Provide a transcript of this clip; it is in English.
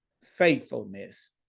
faithfulness